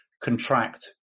contract